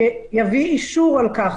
שיביא אישור על כך,